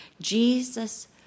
Jesus